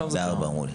בשעה 16:00 אמרו לי.